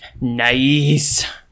Nice